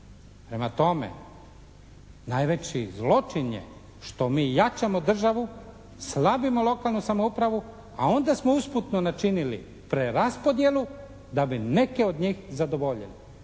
Prema tome, najveći zločin je što mi jačamo državu, slabimo lokalnu samoupravu a onda smo usputno načinili preraspodjelu da bi neke od njih zadovoljili.